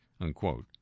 unquote